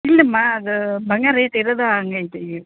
ಇಲ್ಲಮ್ಮಾ ಅದು ಬಂಗಾರ ರೇಟ್ ಇರೋದ ಹಾಗೈತಿ ಈಗ